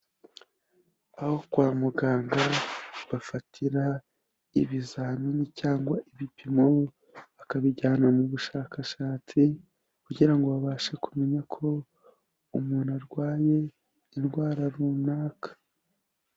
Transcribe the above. Aho kwa muganga bafatira ibizamini cyangwa ibipimo, bakabijyana mu bushakashatsi kugira ngo babashe kumenya ko umuntu arwaye indwara runaka.